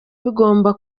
bigomba